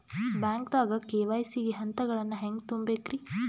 ಬ್ಯಾಂಕ್ದಾಗ ಕೆ.ವೈ.ಸಿ ಗ ಹಂತಗಳನ್ನ ಹೆಂಗ್ ತುಂಬೇಕ್ರಿ?